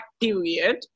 period